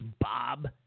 Bob